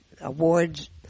awards